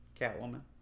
Catwoman